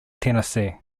tennessee